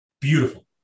Beautiful